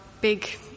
big